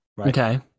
Okay